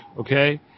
okay